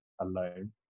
alone